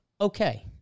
okay